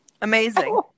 Amazing